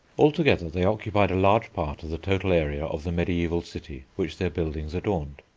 altogether they occupied a large part of the total area of the mediaeval city which their buildings adorned,